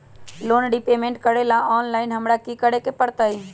Loan repayment करेला online हमरा की करे के परतई?